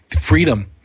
freedom